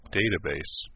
database